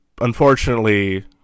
unfortunately